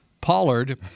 Pollard